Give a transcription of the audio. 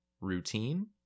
routine